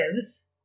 lives